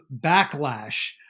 backlash